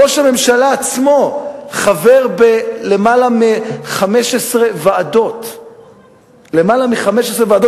ראש הממשלה עצמו חבר בלמעלה מ-15 ועדות שרים,